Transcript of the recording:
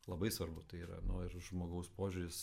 labai svarbu tai yra nu ir žmogaus požiūris